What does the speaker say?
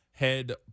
head